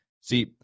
See